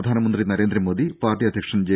പ്രധാനമന്ത്രി നരേന്ദ്ര മോദി പാർട്ടി അധ്യക്ഷൻ ജെ